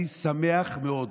אני שמח מאוד.